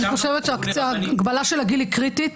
אני חושבת שההגבלה של הגיל היא קריטית.